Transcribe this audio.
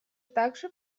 также